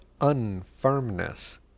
unfirmness